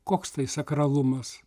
koks tai sakralumas